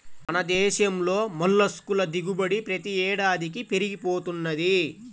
మన దేశంలో మొల్లస్క్ ల దిగుబడి ప్రతి ఏడాదికీ పెరిగి పోతున్నది